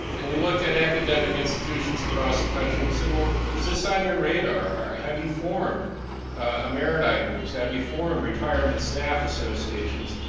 and we looked at academic institutions across the country and we said well, is this on your radar or have you formed um emeriti groups, have you formed retirement staff associations,